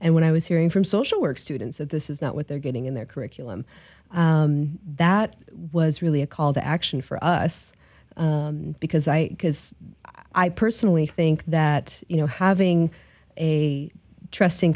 and when i was hearing from social work students that this is not what they're getting in their curriculum that was really a call to action for us because i because i personally think that you know having a trusting